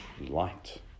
light